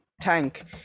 tank